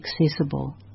accessible